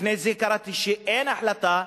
לפני זה קראתי שאין החלטה,